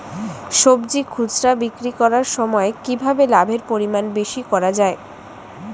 সবজি খুচরা বিক্রি করার সময় কিভাবে লাভের পরিমাণ বেশি করা যায়?